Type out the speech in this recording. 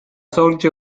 sorge